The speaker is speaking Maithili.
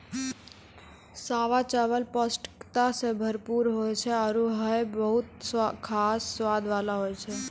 सावा चावल पौष्टिकता सें भरपूर होय छै आरु हय बहुत खास स्वाद वाला होय छै